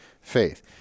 faith